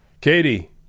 Katie